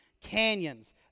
canyons